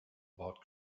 about